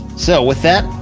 so with that,